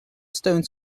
stones